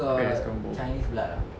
weirdest combo